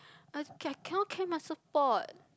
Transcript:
I I cannot carry my surf board